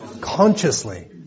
Consciously